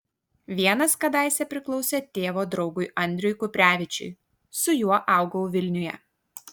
vienas kadaise priklausė tėvo draugui andriui kuprevičiui su juo augau vilniuje